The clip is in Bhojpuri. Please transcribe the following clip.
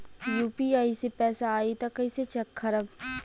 यू.पी.आई से पैसा आई त कइसे चेक खरब?